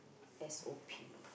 S O P